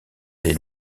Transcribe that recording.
des